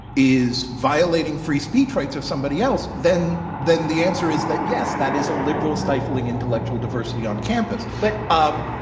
is violating free speech rights of somebody else, then then the answer is that, yes that is a liberal, stifling intellectual diversity on campus. but, um